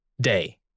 day